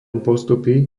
postupy